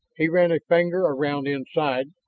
he ran a finger around inside,